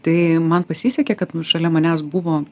tai man pasisekė kad šalia manęs buvo